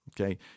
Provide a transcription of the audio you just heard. okay